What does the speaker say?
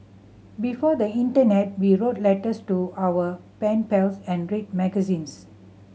before the internet we wrote letters to our pen pals and read magazines